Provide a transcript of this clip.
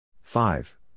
Five